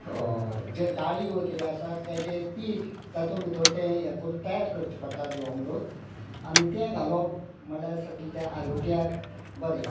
जे दाळी वगेरे आसा तेजें पीठ तातूंत भितर तें हें करून तयार करचें पडटा जिवामृत आनी ते घालप म्हळ्यार सगलें तें आरोग्याक बरें